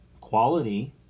quality